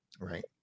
Right